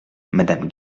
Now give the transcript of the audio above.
madame